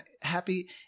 happy